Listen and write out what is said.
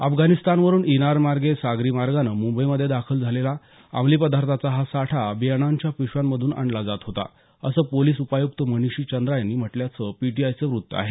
अफगाणिस्तान वरून इराणमार्गे सागरी मार्गानं मुंबईमधे दाखल झालेला अंमली पदार्थाचा हा साठा बियाणांच्या पिशव्यांमधून आणला जात होता असं पोलिस उपायुक्त मनिषी चंद्रा यांनी म्हटल्याचं पीटीआयचं वृत्त आहे